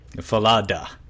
Falada